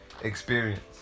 experience